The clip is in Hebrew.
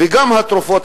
וגם התרופות,